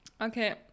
Okay